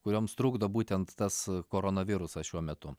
kurioms trukdo būtent tas koronavirusas šiuo metu